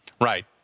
Right